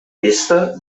pista